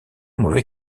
mauvais